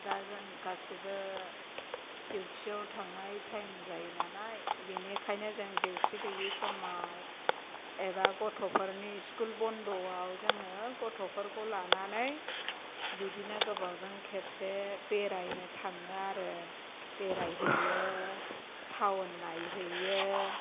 दा जों गासैबो डिउटिआव थांनाय टाइम जायो नालाय बेनिखायनो जों डिउटि गैयै समाव एबा गथ'फोरनि स्कुल बन्द'आव जोङो गथ'फोरखौ लानानै बिदिनो गोबावजों खेबसे बेरायनो थाङो आरो बेरायहैयो टाउन नायहैयो